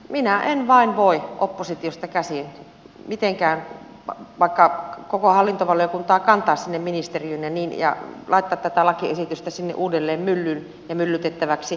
minä en vain voi oppositiosta käsin mitenkään vaikka koko hallintovaliokuntaa kantaa sinne ministeriöön ja laittaa tätä lakiesitystä sinne uudelleen myllyyn ja myllytettäväksi